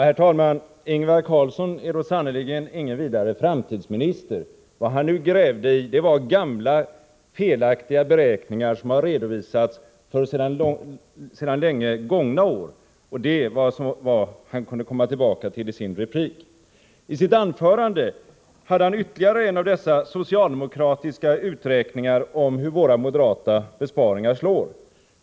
Herr talman! Ingvar Carlsson är sannerligen ingen vidare framtidsminister. Vad han nyss grävt i är gamla, felaktiga beräkningar som har redovisats för sedan länge gångna år. Det var vad han kunde komma tillbaka till i sin replik. I sitt huvudanförande hade han ytterligare en sådan här socialdemokratisk uträkning om hur moderata besparingar slår.